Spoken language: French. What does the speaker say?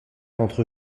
entre